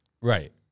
Right